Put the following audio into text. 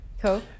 Cool